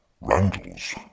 Randall's